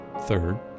Third